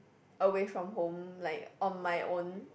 away from home like on my own